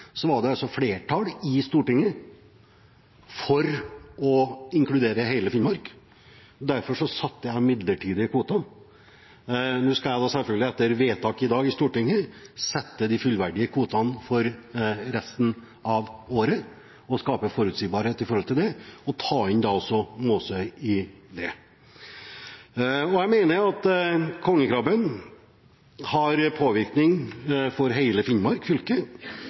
var flertall i Stortinget for å inkludere hele Finnmark. Derfor fastsatte jeg midlertidige kvoter. Nå skal jeg selvfølgelig etter vedtaket i Stortinget i dag fastsette de fullverdige kvotene for resten av året for å skape forutsigbarhet, og da også ta inn Måsøy. Jeg mener at kongekrabben har påvirkning på hele Finnmark fylke,